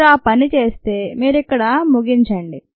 మీరు ఆ పని చేస్తే మీరు ఇక్కడ ముగించండి